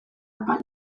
apal